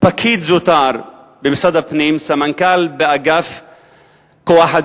פקיד זוטר במשרד הפנים, סמנכ"ל באגף כוח-אדם,